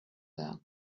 there